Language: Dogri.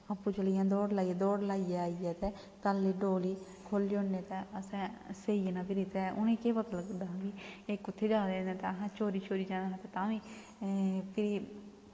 आपूं चली जान दौड़ लाइयै दौड़ लाइयै आइयै ते पैह्ली डोली खोली ओड़नी ते असें सेई जाना भिरी ते उ'नें ई केह् पता लगदा हा कि एह् कु'त्थें जा दे न ते अहें चोरी चोरी जाना ते तां बी भी